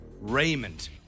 Raymond